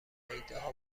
ایدهها